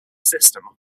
system